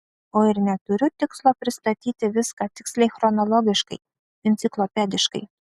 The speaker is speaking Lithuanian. o ir neturiu tikslo pristatyti viską tiksliai chronologiškai enciklopediškai